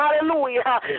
Hallelujah